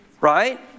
Right